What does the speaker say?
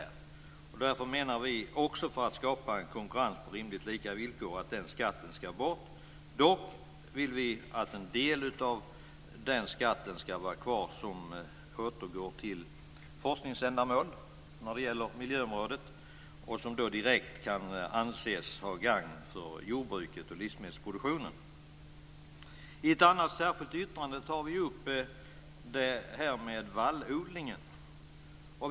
Därför menar vi att den skatten, också för att skapa en konkurrens på rimligt lika villkor, ska bort - dock vill vi att en del av den skatten ska vara kvar som återgår till forskningsändamål på miljöområdet och som då direkt kan anses vara till gagn för jordbruket och livsmedelsproduktionen. I ett annat särskilt yttrande tar vi upp frågan om vallodlingen.